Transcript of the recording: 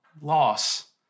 loss